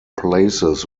places